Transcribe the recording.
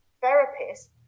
therapist